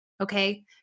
Okay